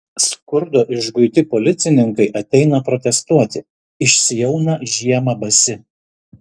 skurdo išguiti policininkai ateina protestuoti išsiauna žiemą basi